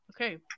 okay